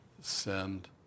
send